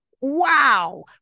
Wow